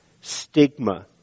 stigma